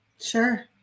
sure